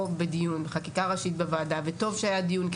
בדיון חקיקה ראשית בוועדה וטוב שהיה דיון,